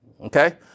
okay